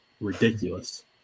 ridiculous